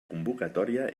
convocatòria